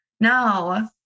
no